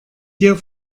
hier